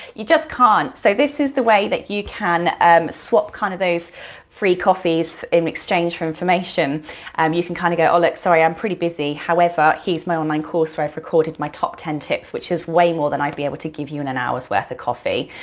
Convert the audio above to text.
you just can't, so this is the way that you can um swap kind of those free coffees in exchange for information um and you can kinda go, oh look, sorry, i'm pretty busy. however, here's my online course where i've recorded my top ten tips, which is way more than i'd be able to give you in an hour's worth of coffee.